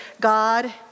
God